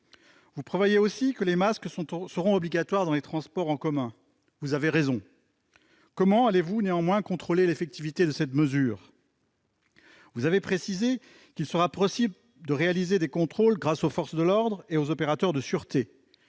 Vous prévoyez aussi que les masques seront obligatoires dans les transports en commun, et vous avez raison. Néanmoins, comment allez-vous contrôler l'effectivité de cette mesure ? Vous avez précisé qu'il serait possible de réaliser des contrôles grâce aux forces de l'ordre et aux opérateurs de sûreté.